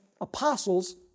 apostles